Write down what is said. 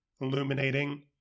illuminating